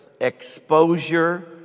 exposure